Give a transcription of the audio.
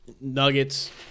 Nuggets